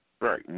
Right